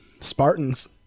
Spartans